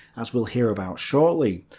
as we'll hear about shortly.